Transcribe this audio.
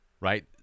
Right